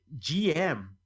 GM